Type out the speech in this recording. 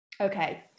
okay